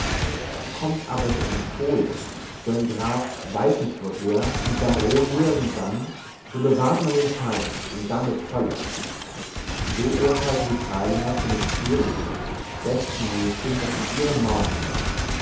kommt aber so ein pole so ein graf weißnichtwoher und baron nirgendan so bewahrt man den schein und damit holla so urteilten die freilinger von dem edelsten besten mädchen das in ihren mauern war